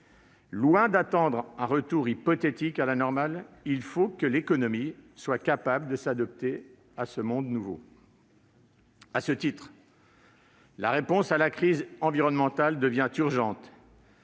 Loin d'attendre un retour hypothétique à la normale, il faut que l'économie soit capable de s'adapter à ce monde nouveau. À ce titre, la réponse à la crise environnementale devient urgente